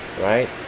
right